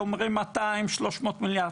אומרים 300-200 מיליארד,